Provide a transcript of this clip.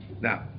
Now